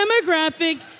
demographic